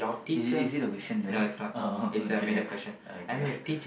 is is it the question there oh okay okay